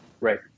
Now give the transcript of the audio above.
right